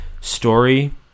story